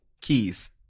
Keys